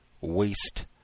waste